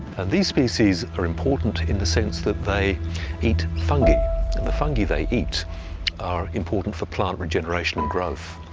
these species are important in the sense that they eat fungi and the fungi they eat are important for plant regeneration and growth.